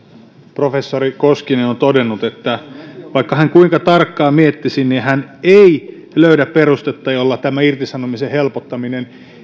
professori koskinen on todennut että vaikka hän kuinka tarkkaan miettisi niin hän ei löydä perustetta jolla tämä irtisanomisen helpottaminen